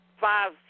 five